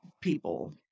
people